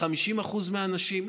50% מהאנשים.